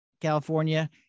California